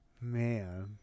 man